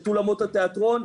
את אולמות התיאטרון,